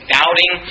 doubting